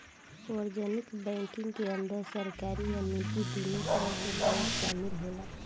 वाणिज्यक बैंकिंग के अंदर सरकारी आ निजी दुनो तरह के बैंक शामिल होला